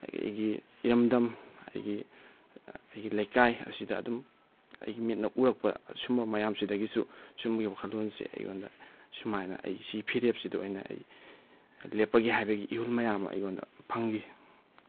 ꯑꯩꯒꯤ ꯏꯔꯝꯗꯝ ꯑꯩꯒꯤ ꯑꯩꯒꯤ ꯂꯩꯀꯥꯏ ꯑꯁꯤꯗ ꯑꯗꯨꯝ ꯑꯩꯒꯤ ꯃꯤꯠꯅ ꯎꯔꯛꯄ ꯁꯤꯒꯨꯝꯕ ꯃꯌꯥꯝꯁꯤꯗꯒꯤꯁꯨ ꯁꯤꯒꯨꯝꯕꯒꯤ ꯋꯥꯈꯜꯂꯣꯟꯁꯤ ꯑꯩꯉꯣꯟꯗ ꯁꯨꯃꯥꯏꯅ ꯑꯩꯒꯤ ꯁꯤꯒꯤ ꯐꯤꯔꯦꯞꯁꯤꯗ ꯑꯣꯏꯅ ꯑꯩ ꯂꯦꯞꯄꯒꯦ ꯍꯥꯏꯕꯒꯤ ꯏꯍꯨꯜ ꯃꯌꯥꯝ ꯑꯃ ꯑꯩꯉꯣꯟꯗ ꯐꯪꯈꯤ